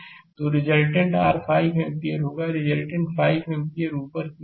तो resultant r 5 ampere होगारिजल्टेंट 5 ampere ऊपर की ओर होगा